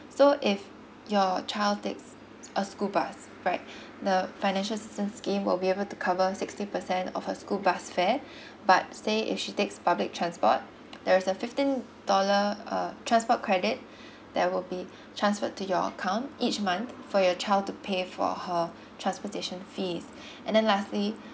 so if your a child takes uh school bus right the financial assistance scheme will be able to cover sixty percent of her school bus fare but say if she takes public transport there's a fifteen dollar uh transport credit that will be transferred to your account each month for your child to pay for her transportation fees and then lastly